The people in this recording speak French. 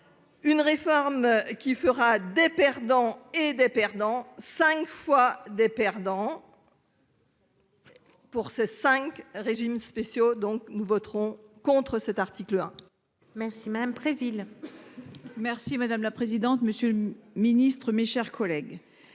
Une réforme qui fera des perdants et des perdants 5 fois des perdants. Pour ces cinq régimes spéciaux donc nous voterons contre cet article hein. Merci madame Préville. Merci madame la présidente. Monsieur le Ministre, mes chers collègues.